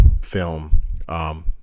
film